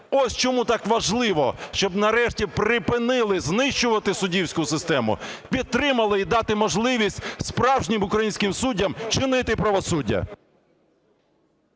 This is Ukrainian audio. Ось чому так важливо, щоб нарешті припинили знищувати суддівську систему, підтримали і дали можливість справжнім українським суддям чинити правосуддя.